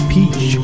Peach